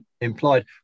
implied